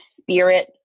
spirit